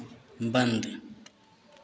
बंद